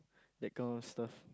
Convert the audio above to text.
that kind of stuff